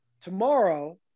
tomorrow